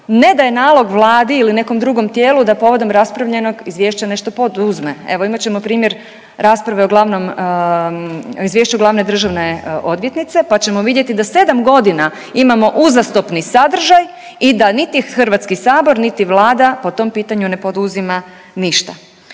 ne daje nalog Vladi ili nekom drugom tijelu da povodom raspravljenog izvješća nešto poduzme. Evo imat ćemo primjer rasprave o glavnom, Izvješću glavne državne odvjetnice pa ćemo vidjeti da 7 godina imamo uzastopni sadržaj i da niti Hrvatski sabor, niti Vlada po tom pitanju ne poduzima ništa.